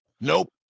Nope